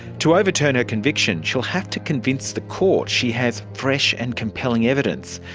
to overturn her conviction she will have to convince the court she has fresh and compelling evidence.